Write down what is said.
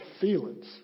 feelings